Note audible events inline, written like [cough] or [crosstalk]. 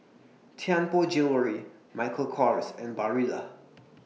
Tianpo Jewellery Michael Kors and Barilla [noise]